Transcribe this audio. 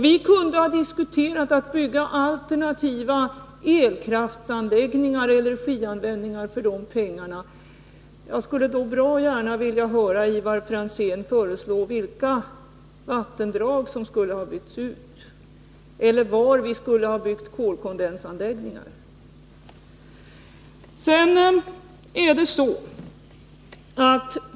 Vi kunde ha diskuterat att bygga alternativa elkraftsoch energianläggningar för de pengarna. Jag skulle bra gärna vilja höra Ivar Franzén föreslå vilka vattendrag som skulle ha byggts ut, eller var vi skulle ha byggt kolkondensanläggningar.